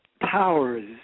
powers